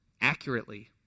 accurately